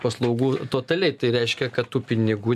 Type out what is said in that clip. paslaugų totaliai tai reiškia kad tų pinigų